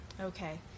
Okay